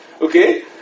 Okay